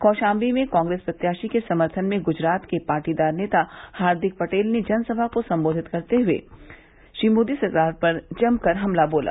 कौशाम्बी में कांग्रेस प्रत्याशी के समर्थन में गुजरात के पाटीदार नेता हार्दिक पटेल ने जनसभा को संबोधित करते हुए मोदी सरकार पर जमकर हमला बोला